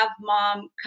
mom